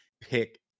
pick